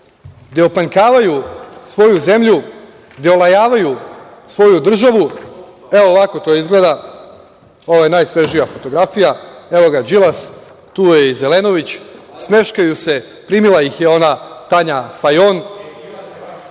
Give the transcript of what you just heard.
gde opanjkavaju svoju zemlju, gde olajavaju svoju državu. Ovako to izgleda. Ovo je najsvežija fotografija. Evo ga Đilas, tu je i Zelenović, smeškaju se, primila ih je ona Tanja Fajon